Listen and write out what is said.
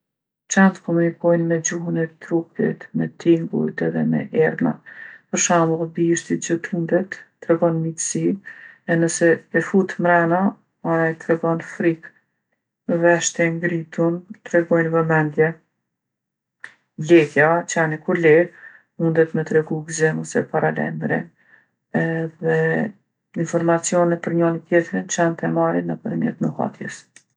Qentë komunikojnë me gjuhën e trupit, me tingujt edhe me erna. Për shemull bishti që tundet tregon miqsi, e nëse e fut mrena ai tregon frikë. Veshtë e ngritun tregojnë vëmendje. Lehja, qeni kur leh mundet me tregu gzim ose paralajmrim. Edhe informacione per njoni tjetrin qentë e marin nëpërmjet nuhatjes.